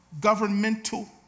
governmental